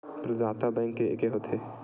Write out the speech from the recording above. प्रदाता बैंक के एके होथे?